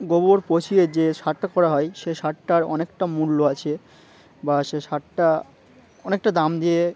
গোবর পছিয়ে যে সারটা করা হয় সে সারটার অনেকটা মূল্য আছে বা সে সারটা অনেকটা দাম দিয়ে